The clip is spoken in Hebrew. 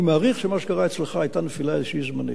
אני מעריך שמה שקרה אצלך, היתה איזו נפילה זמנית.